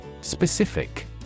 Specific